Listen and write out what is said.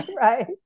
Right